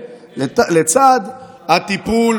לצד הטיפול,